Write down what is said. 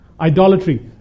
Idolatry